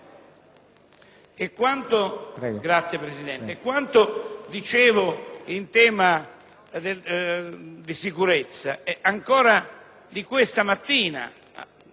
Grazie, Presidente.